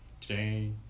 today